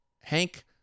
Hank